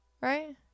Right